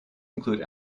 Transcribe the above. include